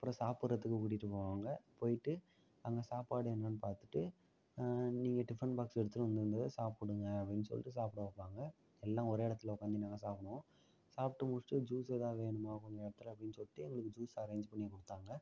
அப்புறம் சாப்பிட்றதுக்கு கூட்டிட்டு போவாங்கள் போய்ட்டு அங்கே சாப்பாடு என்னன்னு பார்த்துட்டு நீங்கள் டிஃபன் பாக்ஸ்ல எடுத்துட்டு வந்திருந்தத சாப்பிடுங்க அப்படினு சொல்லிட்டு சாப்பிட வைப்பாங்க எல்லாம் ஒரே இடத்துல உட்காந்து நாங்கள் சாப்பிடுவோம் சாப்பிட்டு முடிச்சிட்டு ஜூஸ் ஏதாவது வேணுமா அப்படினு சொல்லிட்டு எங்களுக்கு ஜூஸ் அரேஞ்ச் பண்ணிக் கொடுத்தாங்க